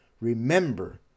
remember